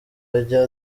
ajya